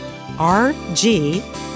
rg